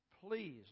Please